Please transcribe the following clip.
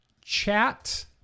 chat